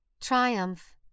Triumph